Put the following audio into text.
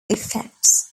effects